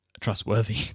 trustworthy